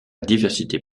diversité